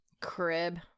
crib